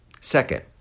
Second